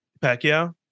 Pacquiao